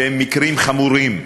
שהם מקרים חמורים,